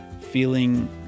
feeling